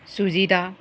ਸੂਜੀ ਦਾ